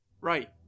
Right